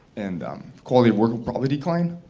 and um quality of work will probably decline.